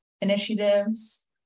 initiatives